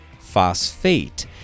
phosphate